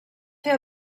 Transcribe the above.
fer